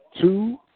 two